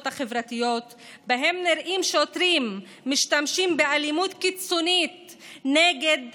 החברתיות שבהם נראים שוטרים משתמשים באלימות קיצונית גם נגד